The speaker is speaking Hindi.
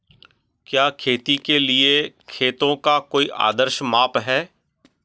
क्या खेती के लिए खेतों का कोई आदर्श माप है?